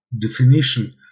definition